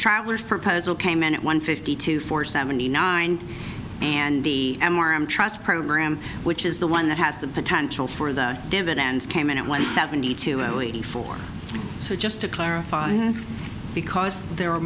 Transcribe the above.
travelers proposal came in at one fifty two for seventy nine and the and warren truss program which is the one that has the potential for the dividends came in at one seventy two only eighty four so just to clarify because there are